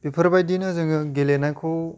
बेफोरबायदिरो जोङो गेलेनायखौ